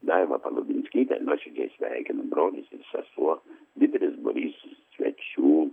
daivą palubinskytę nuoširdžiai sveikina brolis ir sesuo didelis būrys svečių